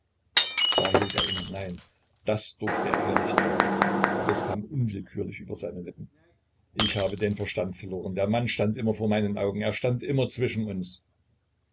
hielt er inne nein das durfte er ihr nicht sagen aber es kam unwillkürlich über seine lippen ich habe den verstand verloren der mann stand immer vor meinen augen er stand immer zwischen uns